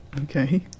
Okay